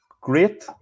great